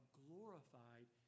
glorified